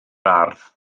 ardd